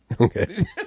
Okay